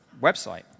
website